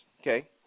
Okay